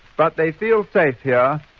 but they feel safe here,